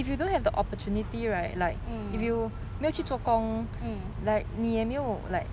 mm mm